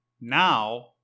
Now